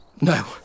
No